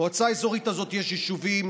במועצה האזורית הזאת יש יישובים,